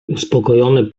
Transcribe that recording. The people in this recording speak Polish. uspokojony